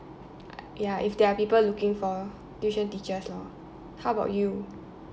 ya if there are people looking for tuition teachers lor how about you